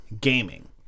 gaming